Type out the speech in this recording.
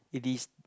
it is